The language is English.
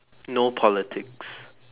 no politics